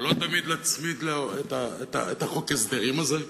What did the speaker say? ולא תמיד להצמיד לו את חוק ההסדרים הזה,